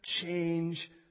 change